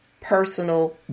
personal